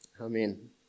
Amen